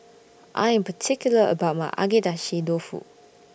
I Am particular about My Agedashi Dofu